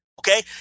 okay